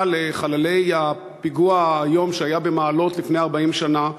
לחללי הפיגוע האיום שהיה במעלות לפני 40 שנה.